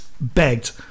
begged